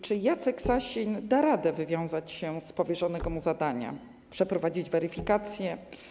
Czy Jacek Sasin da radę wywiązać się z powierzonego mu zadania i przeprowadzić weryfikację?